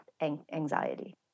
anxiety